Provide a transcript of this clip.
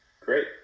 great